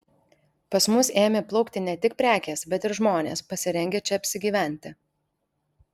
pas mus ėmė plaukti ne tik prekės bet ir žmonės pasirengę čia apsigyventi